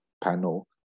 panel